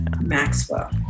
Maxwell